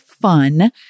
fun